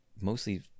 mostly